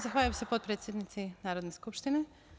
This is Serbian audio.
Zahvaljujem se, potpredsednici Narodne skupštine.